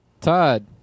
Todd